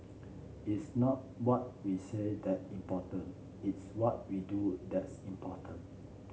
it's not what we say that important it's what we do that's important